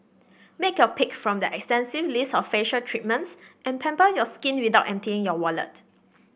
make your pick from their extensive list of facial treatments and pamper your skin without emptying your wallet